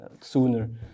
sooner